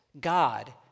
God